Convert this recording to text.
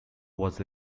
was